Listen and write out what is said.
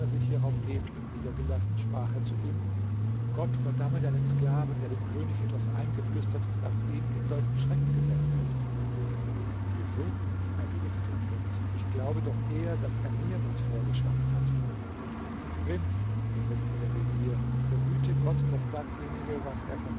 sich hierauf neben ihm niedergelassen sprach er zu ihm gott verdamme deinen sklaven der dem könig etwas eingeflüstert das ihn in solchen schrecken gesetzt hat wieso erwiderte der prinz ich glaube doch eher daß er mir was vorgeschwatzt hat prinz versetzte der vezier verhüte gott daß dasjenige was er von